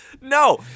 No